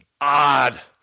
odd